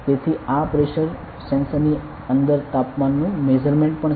તેથી આ pressure sensor ની અંદર તાપમાનનું મેજરમેન્ટ પણ છે